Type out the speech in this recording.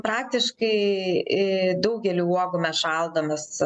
praktiškai į daugelį uogų mes šaldomės